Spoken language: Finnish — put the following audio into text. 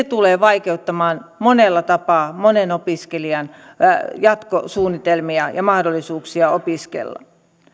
tulee vaikeuttamaan monella tapaa monen opiskelijan jatkosuunnitelmia ja mahdollisuuksia opiskella